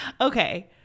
Okay